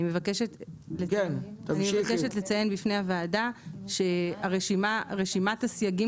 אני מבקשת לציין בפני הוועדה שרשימת הסייגים